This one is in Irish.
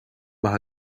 maith